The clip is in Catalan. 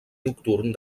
nocturn